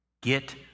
get